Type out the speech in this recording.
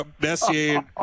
Messier